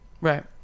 Right